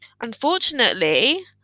Unfortunately